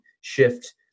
shift